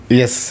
yes